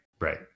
right